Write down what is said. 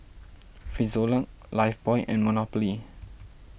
Frisolac Lifebuoy and Monopoly